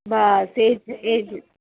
બસ એજ એજ